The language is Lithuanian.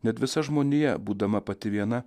net visa žmonija būdama pati viena